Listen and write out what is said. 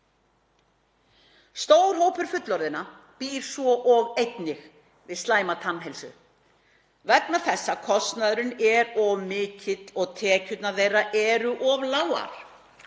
Stór hópur fullorðinna býr einnig við slæma tannheilsu vegna þess að kostnaðurinn er of mikill og tekjur þeirra of lágar.